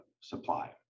supply